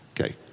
Okay